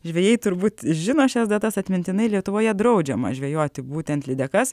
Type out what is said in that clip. žvejai turbūt žino šias datas atmintinai lietuvoje draudžiama žvejoti būtent lydekas